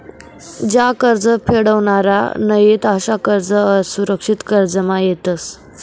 ज्या कर्ज फेडावनार नयीत अशा कर्ज असुरक्षित कर्जमा येतस